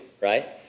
right